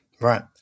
right